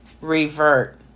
revert